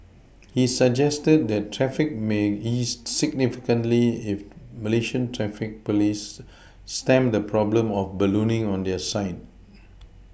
he suggested that traffic may ease significantly if Malaysian traffic police stemmed the problem of ballooning on their side